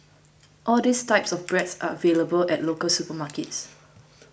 all these types of bread are available at local supermarkets